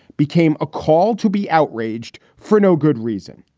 became a call to be outraged for no good reason,